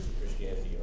Christianity